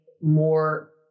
more